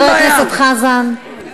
חבר הכנסת חזן.